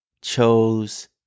chose